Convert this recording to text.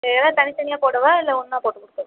இது எல்லாம் தனித்தனியா போடவா இல்லை ஒன்னா போட்டுக்கொடுக்கவா